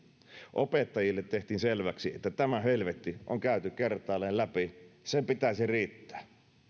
opettajille tehtiin selväksi että tämä helvetti on käyty kertaalleen läpi ja sen pitäisi riittää